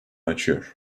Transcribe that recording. açıyor